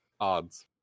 odds